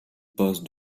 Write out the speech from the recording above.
passe